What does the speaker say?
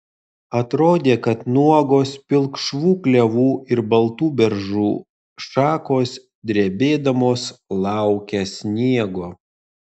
atrodė kad nuogos pilkšvų klevų ir baltų beržų šakos drebėdamos laukia sniego